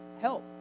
help